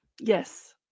Yes